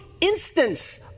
instance